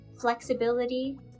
flexibility